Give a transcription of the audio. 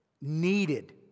needed